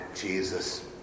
Jesus